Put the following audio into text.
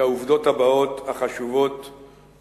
לידיעת החברים את העובדות החשובות הבאות,